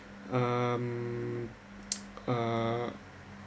um uh